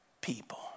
people